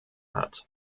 hat